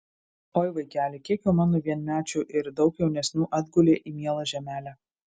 oi vaikeli kiek jau mano vienmečių ir daug jaunesnių atgulė į mielą žemelę